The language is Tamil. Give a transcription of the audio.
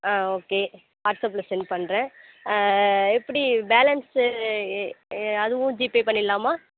ஆ ஓகே வாட்ஸாப் செண்டு பண்ணுறேன் எப்படி பேலன்ஸு அதுவும் ஜிபே பண்ணிடலாமா